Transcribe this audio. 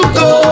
go